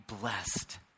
blessed